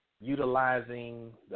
Utilizing